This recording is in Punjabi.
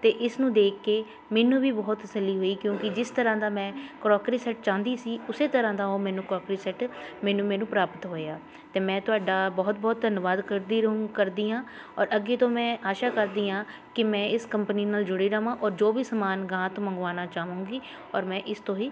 ਅਤੇ ਇਸ ਨੂੰ ਦੇਖ ਕੇ ਮੈਨੂੰ ਵੀ ਬਹੁਤ ਤਸੱਲੀ ਹੋਈ ਕਿਉਂਕਿ ਜਿਸ ਤਰ੍ਹਾਂ ਦਾ ਮੈਂ ਕਰੋਕਰੀ ਸੈੱਟ ਚਾਹੁੰਦੀ ਸੀ ਉਸੇ ਤਰ੍ਹਾਂ ਦਾ ਉਹ ਮੈਨੂੰ ਕਰੋਕਰੀ ਸੈੱਟ ਮੈਨੂੰ ਮੈਨੂੰ ਪ੍ਰਾਪਤ ਹੋਇਆ ਅਤੇ ਮੈਂ ਤੁਹਾਡਾ ਬਹੁਤ ਬਹੁਤ ਧੰਨਵਾਦ ਕਰਦੀ ਰਹੂੰ ਕਰਦੀ ਹਾਂ ਔਰ ਅੱਗੇ ਤੋਂ ਮੈਂ ਆਸ਼ਾ ਕਰਦੀ ਹਾਂ ਕਿ ਮੈਂ ਇਸ ਕੰਪਨੀ ਨਾਲ ਜੁੜੀ ਰਹਾਂ ਔਰ ਜੋ ਵੀ ਸਮਾਨ ਗਾਹਾਂ ਤੋਂ ਮੰਗਵਾਉਣਾ ਚਾਹੂੰਗੀ ਔਰ ਮੈਂ ਇਸ ਤੋਂ ਹੀ